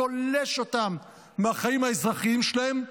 תולש אותם מהחיים האזרחים שלהם,